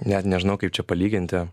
net nežinau kaip čia palyginti